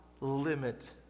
limit